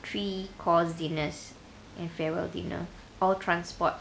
three course dinners and farewell dinner all transport